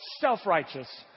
self-righteous